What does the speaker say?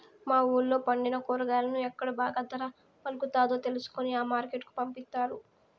మా వూళ్ళో పండిన కూరగాయలను ఎక్కడ బాగా ధర పలుకుతాదో తెలుసుకొని ఆ మార్కెట్ కు పంపిస్తారు